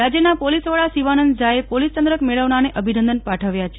રાજ્યના પોલીસ વડા શિવાનંદ ઝાએ પોલીસ ચંદ્રક મેળવનારને અભિનંદન પાઠવ્યા છે